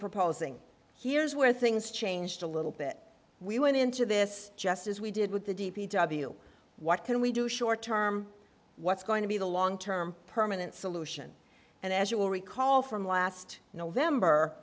proposing here is where things changed a little bit we went into this just as we did with the d p w what can we do short term what's going to be the long term permanent solution and as you will recall from last november